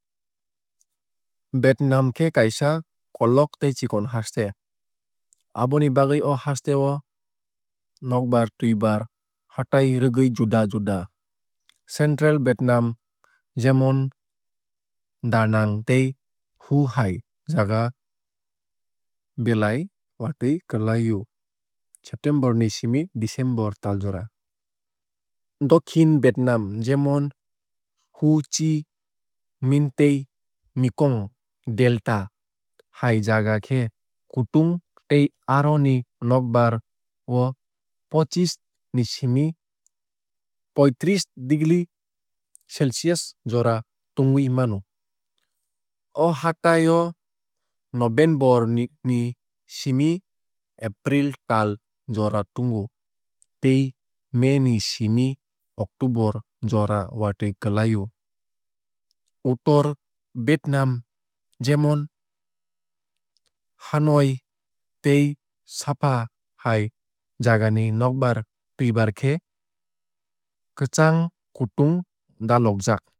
Vietnam khe kaisa kolog tei chikon haste. Aboni bagwui o haste o nokbar twuibar hatai rwgui juda juda. Central vietnam jemon da nang tei hue hai jaga belai watui kwlai o september ni simi december tal jora. Dokhin vietnam jemon ho chi minh tei mekong delta hai jaga khe kutung tei aro ni nokbar o pochish ni simi poitrish degree celcius jora tungwui mano. O hatai o november ni simi april tal jora tungo tei may ni simi october jora watui kwlai o. Uttor vietnam jemon hanoi tei sapa hai jagani nokbar twuibar khe kwchang kutung dalojak.